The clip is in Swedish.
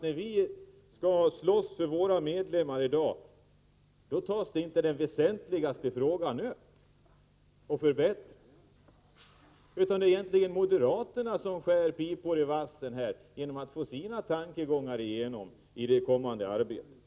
När vi skall slåss för våra medlemmar i dag tas den väsentligaste frågan alltså inte upp till någon förbättring. Det är egentligen moderaterna som skär pipor i vassen genom att få sina tankegångar igenom i det kommande arbetet.